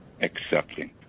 accepting